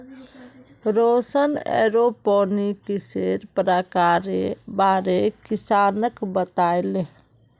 रौशन एरोपोनिक्सेर प्रकारेर बारे किसानक बताले